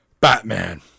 Batman